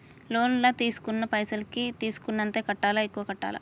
Loan లా తీస్కున్న పైసల్ కి తీస్కున్నంతనే కట్టాలా? ఎక్కువ కట్టాలా?